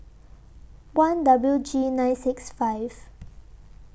one W G nine six five